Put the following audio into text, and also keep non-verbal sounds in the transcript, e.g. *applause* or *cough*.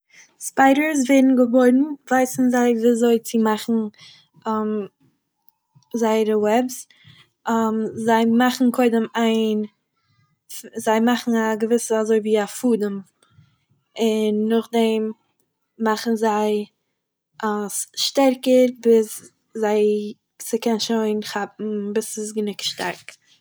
ספיידערס ווערן געבוירן ווייסן זיי ווי אזוי צו מאכן *hesitation* זייער וועב'ס *hesitation* זיי מאכן קודם איין... זיי מאכן א געוויסע, אזוי ווי א פאדעם, און נאכדעם מאכן זיי אלעס שטערקער ביז זיי ס'קען שוין כאפן ביז ס'איז גענוג שטארק.